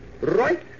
right